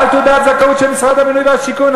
בעל תעודת זכאות של משרד הבינוי והשיכון.